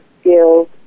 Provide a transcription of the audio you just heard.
skills